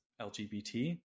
LGBT